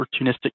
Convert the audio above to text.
opportunistic